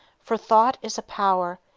for thought is a power,